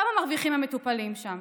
כמה מרוויחים המטפלים שם?